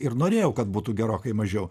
ir norėjau kad būtų gerokai mažiau